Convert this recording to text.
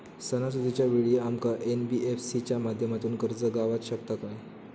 सणासुदीच्या वेळा आमका एन.बी.एफ.सी च्या माध्यमातून कर्ज गावात शकता काय?